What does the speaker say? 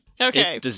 Okay